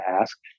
ask